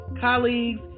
colleagues